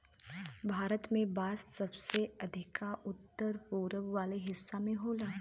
भारत में बांस सबसे अधिका उत्तर पूरब वाला हिस्सा में होला